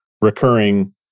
recurring